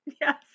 Yes